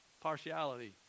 Partiality